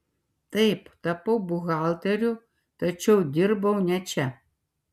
taip tapau buhalteriu tačiau dirbau ne čia